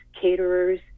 caterers